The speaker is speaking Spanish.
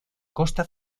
costa